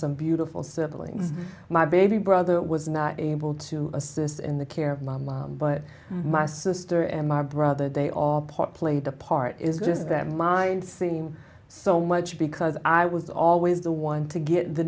some beautiful siblings my baby brother was not able to assist in the care of my mom but my sister and my brother they all part played a part is just that mind seem so much because i was always the one to get the